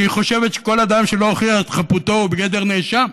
שהיא חושבת שכל אדם שלא הוכיח את חפותו הוא בגדר נאשם,